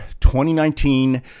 2019